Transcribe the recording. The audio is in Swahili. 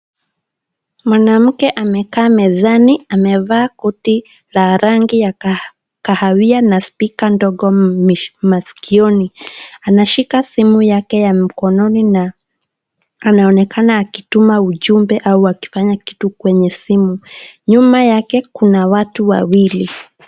Mwanamke amekaa mezani amevaa koti la rangi ya kahawia na spika ndogo maskioni. Anashika simu yake ya mkononi na anaonekana akituma ujumbe au akifanya kitu kwenye simu. Nyuma yake kuna watu Wawili.